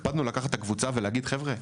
אנחנו הקפדנו לקחת את הקבוצה להגיד "חבר'ה,